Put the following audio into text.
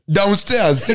Downstairs